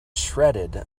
shredded